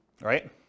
right